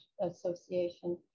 Association